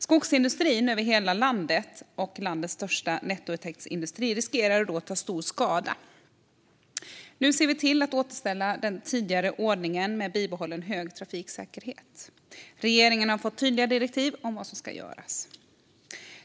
Skogsindustrin över hela landet, landets största nettointäktsindustri, riskerade att ta stor skada. Nu ser vi till att återställa den tidigare ordningen med bibehållen hög trafiksäkerhet. Regeringen har fått tydliga direktiv om vad som ska göras.